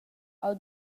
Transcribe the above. ha’l